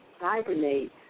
hibernate